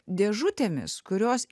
dėžutėmis kurios